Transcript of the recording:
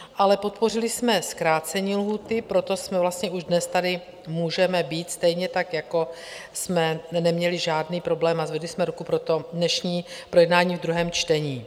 Ale podpořili jsme zkrácení lhůty, proto jsme vlastně už dnes tady můžeme být, stejně tak jako jsme neměli žádný problém a zvedli jsme ruku pro dnešní projednání ve druhém čtení.